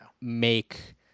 make